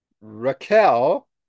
Raquel